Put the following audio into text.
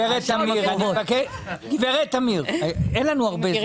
גב' תמיר, אני מבקש, אין לנו הרבה זמן.